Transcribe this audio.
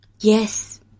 Yes